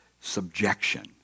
subjection